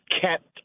kept